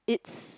it's